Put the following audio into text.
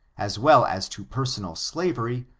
as well as to personal slavery,